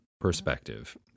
perspective